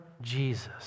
Jesus